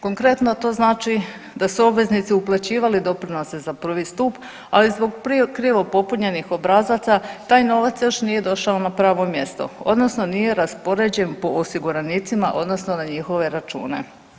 Konkretno to znači da su obveznici uplaćivali doprinose za prvi stup ali zbog krivo popunjenih obrazaca taj novac još nije došao na pravo mjesto odnosno nije raspoređen po osiguranicima odnosno na njihove račune.